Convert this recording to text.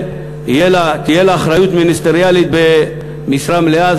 תהיה לה אחריות מיניסטריאלית במשרה מלאה.